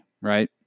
right